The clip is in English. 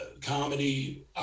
comedy